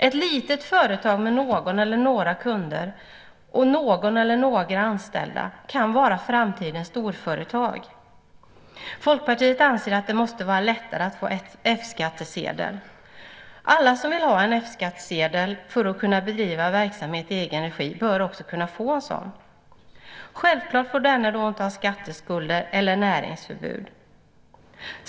Ett litet företag med någon eller några kunder och någon eller några anställda kan vara framtidens storföretag. Folkpartiet anser att det måste vara lättare att få F-skattsedel. Alla som vill ha en F-skattsedel för att kunna bedriva verksamhet i egen regi bör också få en sådan. Självklart får denne då inte ha skatteskulder eller näringsförbud.